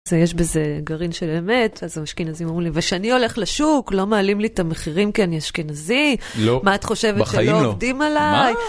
זה יש בזה גרעין של אמת, אז האשכנזים אמרו לי, ושאני הולך לשוק לא מעלים לי את המחירים כי אני אשכנזי? לא. בחיים לא! מה את חושבת שלא עובדים עליי?